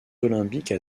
olympiques